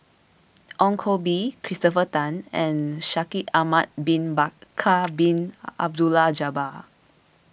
Ong Koh Bee Christopher Tan and Shaikh Ahmad Bin Bakar Bin Abdullah Jabbar